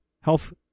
health